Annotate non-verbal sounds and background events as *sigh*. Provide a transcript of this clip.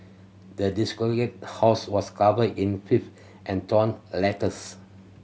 the *unintelligible* house was covered in fifth and torn letters